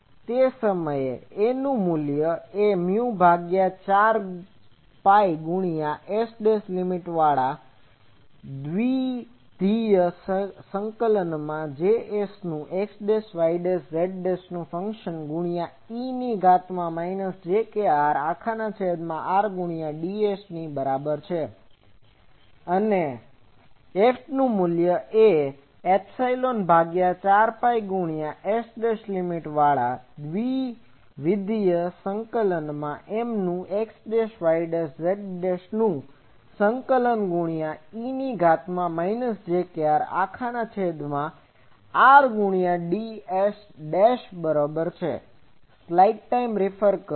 તો પછી તે સમયે A 4π∬sJSxyz e j krrds A નું મુલ્ય એ મ્યુ ભાગ્યા 4 પાઈ ગુણ્યા S' લીમીટ વાળા દ્વિવિધ સંકલન માં JSનું x'y'z' નું ફંક્શન ગુણ્યા e ની ઘાત માં માઈનસ j kr અખાના છેદ માં r ગુણ્યા ds ની બરાબર અને F4π∬sMSxyz e j krrds Fનું મુલ્ય એ એપ્સીલોન ભાગ્યા 4 પાઈ ગુણ્યા S' લીમીટ વાળા દ્વિવિધ સંકલન માં Msનું x'y'z' નું ફંક્શન ગુણ્યા e ની ઘાત માં માઈનસ j kr અખાના છેદ માં r ગુણ્યા ds ની બરાબર